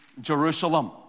Jerusalem